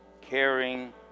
caring